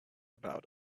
about